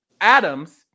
Adam's